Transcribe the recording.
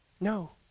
No